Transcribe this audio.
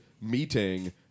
meeting